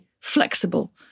Flexible